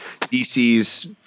DC's